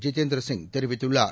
ஜிதேந்திரசிங் தெரிவித்துள்ளார்